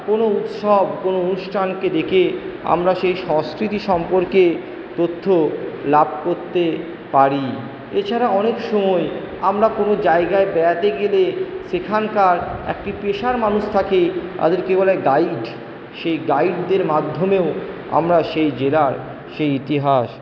কোনো উৎসব কোনো অনুষ্ঠানকে দেখে আমরা সেই সংস্কৃতি সম্পর্কে তথ্য় লাভ করতে পারি এছাড়া অনেক সময় আমরা কোনো জায়গায় বেড়াতে গেলে সেখানকার একটি পেশাল মানুষ থাকে তাদেরকে বলে গাইড সেই গাইডদের মাধ্যমেও আমরা সেই জেলার সেই ইতিহাস